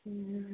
हुँ